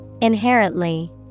Inherently